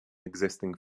existing